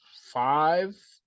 Five